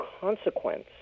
consequence